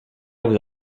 vous